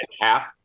half